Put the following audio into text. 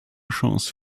chance